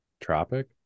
Tropic